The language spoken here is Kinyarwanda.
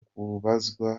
kubazwa